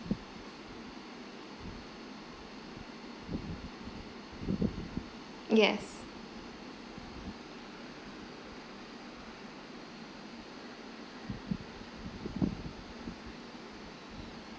yes